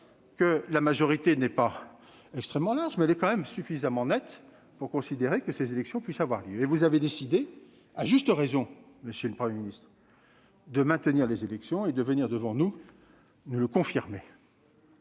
que la majorité n'est pas extrêmement large, mais elle est tout de même suffisamment nette pour considérer que ces élections puissent avoir lieu. Et vous avez décidé, à juste raison, de maintenir les élections et de venir devant nous le confirmer.